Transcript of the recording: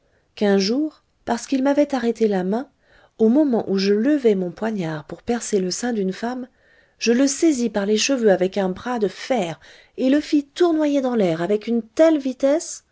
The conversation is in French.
qu'un jour parce qu'il m'avait arrêté la main au moment où je levais mon poignard pour percer le sein d'une femme je le saisis par les cheveux avec un bras de fer et le fis tournoyer dans l'air avec une telle vitesse